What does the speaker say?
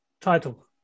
title